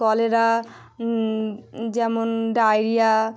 cholera যেমন diarrhoea